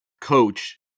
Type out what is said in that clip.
coach